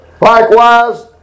Likewise